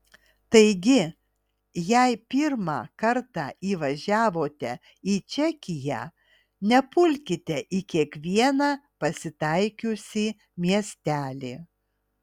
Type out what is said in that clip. taigi jei pirmą kartą įvažiavote į čekiją nepulkite į kiekvieną pasitaikiusį miestelį